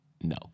No